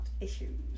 issues